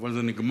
אבל זה נגמר.